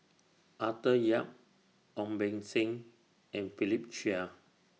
Arthur Yap Ong Beng Seng and Philip Chia